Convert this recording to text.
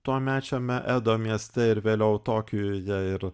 tuomečiame edo mieste ir vėliau tokijuje ir